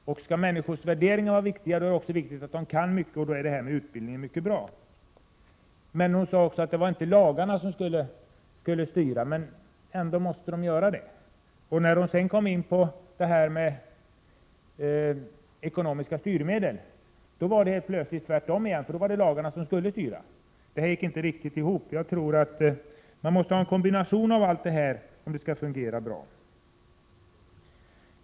Men om människors värderingar är viktiga, är det väl också viktigt att människor har kunskaper. Således är det mycket bra om det finns möjligheter till utbildning. Samtidigt sade Margareta Winberg att det inte var lagarna som skulle styra — men det måste de väl ändå göra. När hon sedan kom in på frågan om ekonomiska styrmedel vände hon helt plötsligt. Nu skulle lagarna styra. Margareta Winbergs resonemang gick alltså inte riktigt ihop. Jag tror att det behövs en kombination av dessa olika saker för att det skall fungera bra.